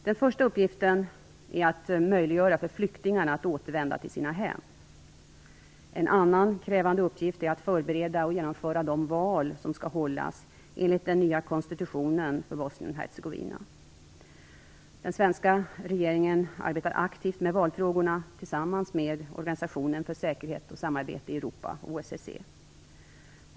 Den första uppgiften är att möjliggöra för flyktingarna att återvända till sina hem. En annan krävande uppgift är att förbereda och genomföra de val som skall hållas enligt den nya konstitutionen för Bosnien Hercegovina. Den svenska regeringen arbetar aktivt med valfrågorna tillsammans med Organisationen för säkerhet och samarbete i Europa, OSSE.